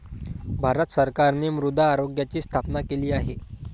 भारत सरकारने मृदा आरोग्याची स्थापना केली आहे